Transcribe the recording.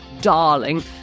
darling